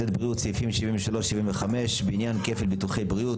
סעיפים 75-73 (בעניין כפל ביטוחי בריאות),